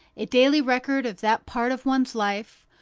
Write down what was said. a daily record of that part of one's life,